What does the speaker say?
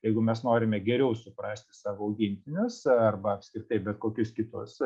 jeigu mes norime geriau suprasti savo augintinius arba apskritai bet kokius kitus